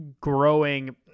growing